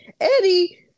eddie